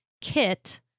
kit